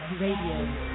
Radio